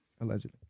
allegedly